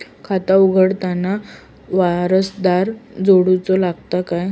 खाता उघडताना वारसदार जोडूचो लागता काय?